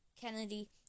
Kennedy